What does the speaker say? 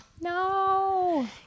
No